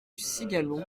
cigaloun